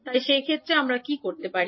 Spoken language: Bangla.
তাই সেই ক্ষেত্রে আমরা কী করতে পারি